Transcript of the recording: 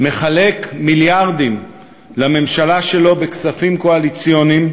מחלק מיליארדים לממשלה שלו בכספים קואליציוניים,